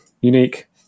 unique